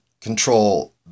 control